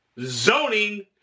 zoning